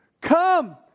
come